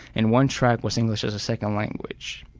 and one track was english as second language.